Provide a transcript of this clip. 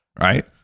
Right